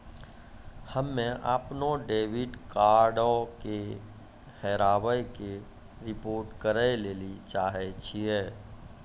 हम्मे अपनो डेबिट कार्डो के हेराबै के रिपोर्ट करै लेली चाहै छियै